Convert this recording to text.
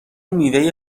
میوه